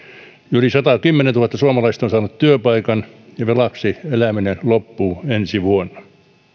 yli satakymmentätuhatta suomalaista on saanut työpaikan ja velaksi eläminen loppuu ensi vuonna